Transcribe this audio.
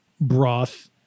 broth